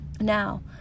Now